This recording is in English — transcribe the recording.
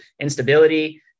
instability